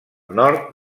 nord